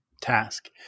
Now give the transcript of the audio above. task